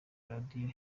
radio